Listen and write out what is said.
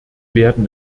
werden